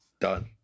Done